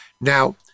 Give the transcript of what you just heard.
now